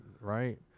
right